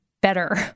better